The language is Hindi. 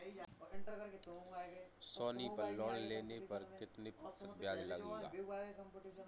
सोनी पल लोन लेने पर कितने प्रतिशत ब्याज लगेगा?